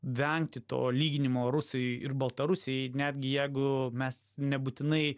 vengti to lyginimo rusai ir baltarusiai netgi jeigu mes nebūtinai